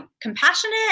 compassionate